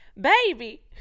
Baby